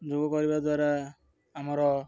ଯୋଗ କରିବା ଦ୍ୱାରା ଆମର